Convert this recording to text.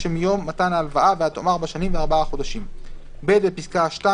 שמיום מתן ההלוואה ועד תום ארבע שנים וארבעה חודשים"; (ב)בפסקה (2),